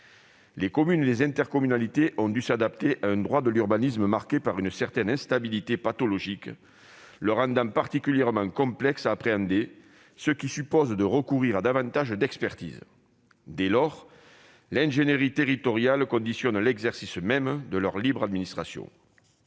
Les communes et les intercommunalités ont dû s'adapter à un droit de l'urbanisme marqué par une certaine instabilité pathologique le rendant particulièrement complexe à appréhender, ce qui suppose de recourir à davantage d'expertise. Dès lors, l'ingénierie territoriale conditionne l'exercice même de leur libre administration.